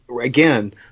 again